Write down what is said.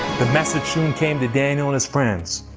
the message soon came to daniel and his friends,